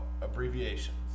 abbreviations